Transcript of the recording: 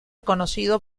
conocido